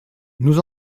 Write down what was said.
nous